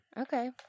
Okay